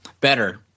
Better